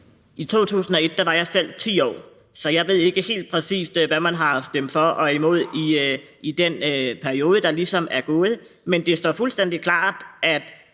I 2001 var jeg selv 10 år, så jeg ved ikke helt præcis, hvad man har stemt for og imod i den periode, der ligesom er gået, men det står fuldstændig klart, at